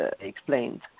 explained